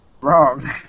Wrong